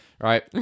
Right